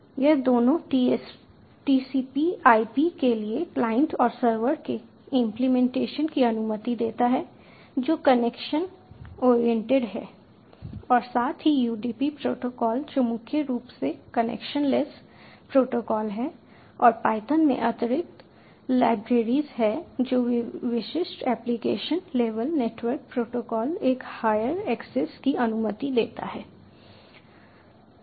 यह दोनों TCP IP के लिए क्लाइंट और सर्वर के इंप्लीमेंटेशन की अनुमति देता है जो कनेक्शन ओरिएंटेड है और साथ ही UDP प्रोटोकॉल जो मुख्य रूप से कनेक्शनलेस प्रोटोकॉल हैं और पायथन में अतिरिक्त लाइब्रेरीज हैं जो विशिष्ट एप्लिकेशन लेवल नेटवर्क प्रोटोकॉल तक हायर एक्सेस की अनुमति देते हैं